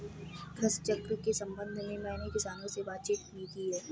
कृषि चक्र के संबंध में मैंने किसानों से बातचीत भी की है